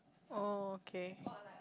oh okay